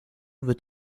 wird